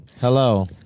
Hello